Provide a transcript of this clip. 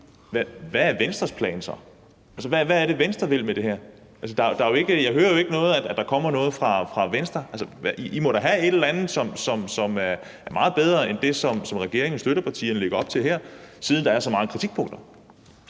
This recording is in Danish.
Hvad er Venstres plan så? Hvad er det, Venstre vil med det her? Altså, jeg hører jo ikke, at der kommer noget fra Venstre. Venstre må da have et eller andet, som er meget bedre end det, som regeringen og støttepartierne lægger op til her, siden der er så mange kritikpunkter.